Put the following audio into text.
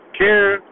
care